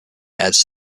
adds